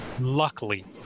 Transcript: luckily